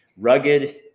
Rugged